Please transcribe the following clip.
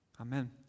amen